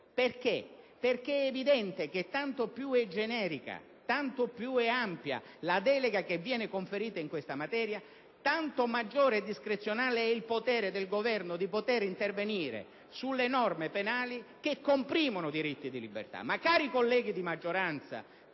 Ciò, perché è evidente che, tanto più è generica e ampia la delega che viene conferita in questa materia, tanto maggiore e discrezionale è il potere del Governo di intervenire sulle norme penali che comprimono i diritti di libertà.